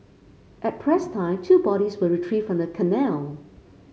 at press time two bodies were retrieved from the canal